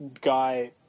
guy